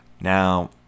now